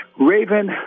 Raven